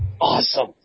Awesome